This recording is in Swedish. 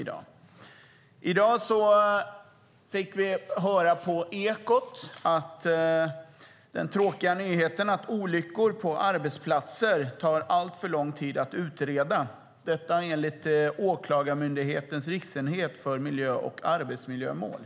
I dag hörde vi på Ekot den tråkiga nyheten att olyckor på arbetsplatser tar alltför lång tid att utreda - detta enligt Åklagarmyndighetens riksenhet för miljö och arbetsmiljömål.